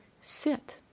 sit